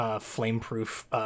flame-proof